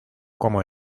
como